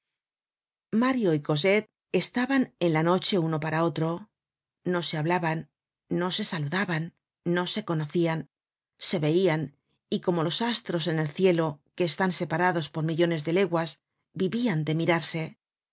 mario y cosette estaban en la noche uno para otro no se hablaban no se saludaban no se conocian se veian y como los astros en el ciejarados por millones de leguas vivian de mirarse